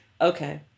Okay